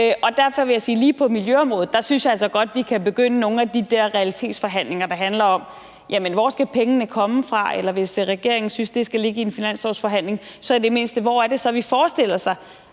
Og derfor vil jeg sige, at på miljøområdet synes jeg altså godt, at vi kan begynde med nogle af de der realitetsforhandlinger, der handler om, hvor pengene skal komme fra – eller i forhold til hvis regeringen synes, det skal ligge i en finanslovsforhandling, så skal vi i det mindste tænke over, hvor det så er vi forestiller os